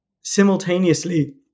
Simultaneously